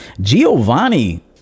Giovanni